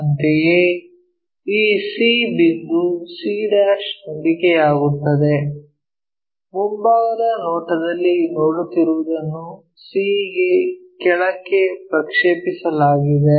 ಅಂತೆಯೇ ಈ c ಬಿಂದು c ಹೊಂದಿಕೆಯಾಗುತ್ತದೆ ಮುಂಭಾಗದ ನೋಟದಲ್ಲಿ ನೋಡುತ್ತಿರುವುದನ್ನು c ಗೆ ಕೆಳಕ್ಕೆ ಪ್ರಕ್ಷೇಪಿಸಲಾಗಿದೆ